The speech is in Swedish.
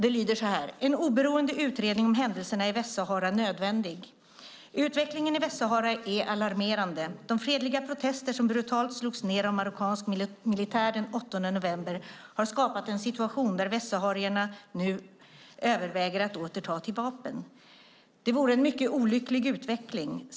Det lyder: "En oberoende utredning om händelserna i Västsahara är nödvändig. Utvecklingen i Västsahara är alarmerande. De fredliga protester som brutalt slogs ner av marockansk militär den 8:e november har skapat en situation där västsaharierna nu överväger att åter ta till vapen. Det vore en mycket olycklig utveckling.